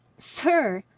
sir,